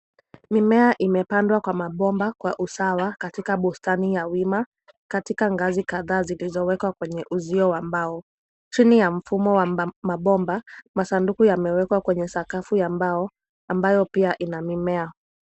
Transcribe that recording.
Mimea imepandwa kwa mabomba kwa usawa katika bustani ya wima, katika ngazi kadhaa zilizowekwa kwenye uzio wa mbao. Chini ya mfumo wa mabomba, masanduku yamewekwa kwenye sakafu ya mbao ambayo pia ina mimea.